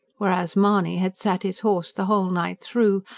whereas mahony had sat his horse the whole night through,